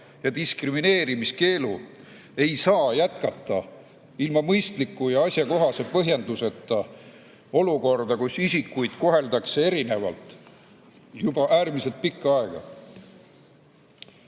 ja diskrimineerimiskeelu, ei saa, kuna pole mõistlikku ja asjakohast põhjendust, jätkata olukorda, kus isikuid koheldakse erinevalt juba äärmiselt pikka aega.